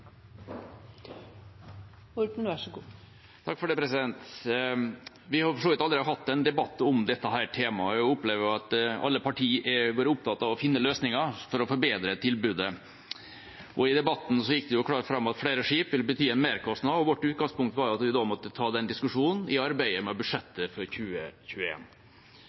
Vi har for så vidt allerede hatt en debatt om dette temaet. Jeg opplever at alle partier har vært opptatt av å finne løsninger for å forbedre tilbudet, og i debatten gikk det jo klart fram at flere skip vil bety en merkostnad. Vårt utgangspunkt var at vi da måtte ta den diskusjonen i arbeidet med budsjettet for